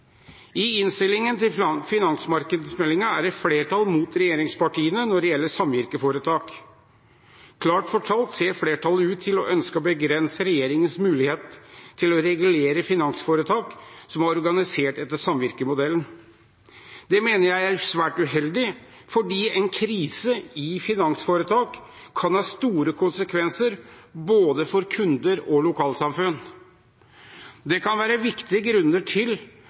I innstillingen til finansmarkedsmeldingen er det flertall mot regjeringspartiene når det gjelder samvirkeforetak. Kort fortalt ser flertallet ut til å ønske å begrense regjeringens mulighet til å regulere finansforetak som er organisert etter samvirkemodellen. Det mener jeg er svært uheldig fordi en krise i finansforetak kan ha store konsekvenser for både kunder og lokalsamfunn. Det kan være viktige grunner til